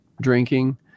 drinking